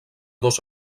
dos